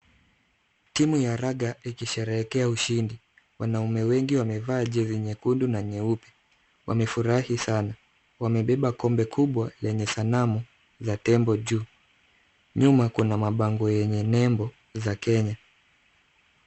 Timu ya raga akisherehekea ushindi. Wanaume wengi wamevaa jezi nyekundu na nyeupe. Wamefurahi sana. Wamebeba kombe kubwa lenye sanamu za tembo juu. Nyuma kuna mabango yenye nembo za Kenya.